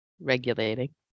regulating